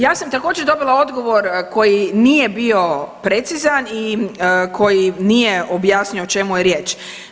Ja sam također, dobila odgovor koji nije bio precizan i koji nije objasnio o čemu je riječ.